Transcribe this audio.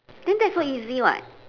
then that's so easy [what]